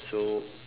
so